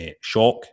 Shock